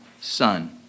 Son